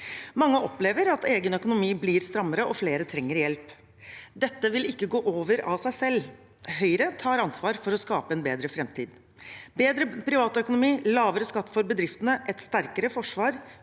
Mange opplever at egen økonomi blir strammere, og flere trenger hjelp. Dette vil ikke gå over av seg selv. Høyre tar ansvar for å skape en bedre framtid. Bedre privatøkonomi, lavere skatt for bedriftene, et sterkere forsvar,